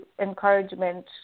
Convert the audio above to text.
encouragement